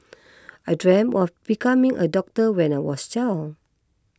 I dreamt of becoming a doctor when I was child